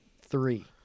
three